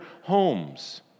homes